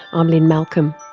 um lynne malcolm.